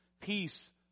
Peace